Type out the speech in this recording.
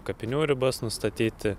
kapinių ribas nustatyti